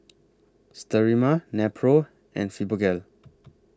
Sterimar Nepro and Fibogel